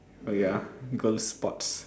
oh ya girl's sports